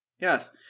yes